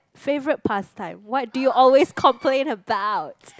favourite past time what do you always complain about